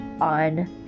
on